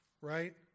right